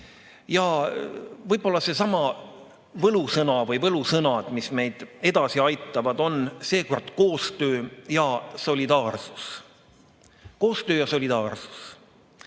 Ja võib-olla võlusõna või võlusõnad, mis meid edasi aitavad, on seekord koostöö ja solidaarsus. Koostöö ja solidaarsus.